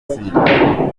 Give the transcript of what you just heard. tsinda